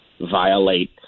violate